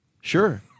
Sure